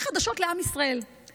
אתה